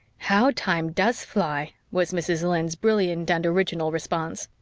how time does fly! was mrs. lynde's brilliant and original response.